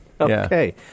Okay